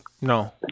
No